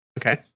Okay